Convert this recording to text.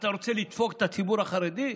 אתה רוצה לדפוק את הציבור החרדי?